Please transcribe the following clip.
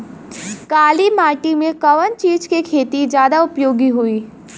काली माटी में कवन चीज़ के खेती ज्यादा उपयोगी होयी?